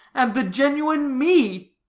and the genuine me.